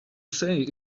say